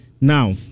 Now